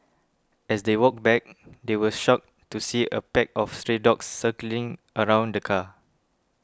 as they walked back they were shocked to see a pack of stray dogs circling around the car